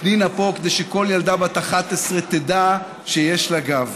פנינה פה כדי שכל ילדה בת 11 תדע שיש לה גב.